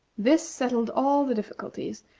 this settled all the difficulties,